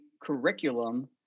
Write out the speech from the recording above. curriculum